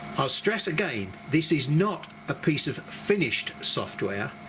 i'll stress again this is not a piece of finished software,